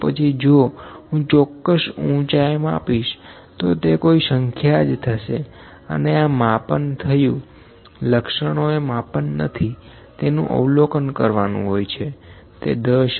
તો પછી જો હું ચોકસ ઉંચાઇ માપિશ તો તે કોઈ સંખ્યા જ થશે અને આં માપન થયું લક્ષણો એ માપન નથીતેનું અવલોકન કરવાનું હોય છે તે 101112131412